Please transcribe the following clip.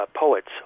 poets